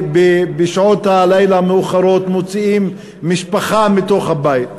בשעות הלילה המאוחרות מוציאים משפחה מתוך הבית.